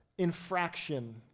Infraction